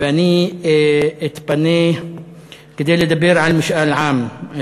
ואני אתפנה כדי לדבר על משאל עם.